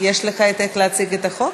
יש לך את, איך להציג את החוק?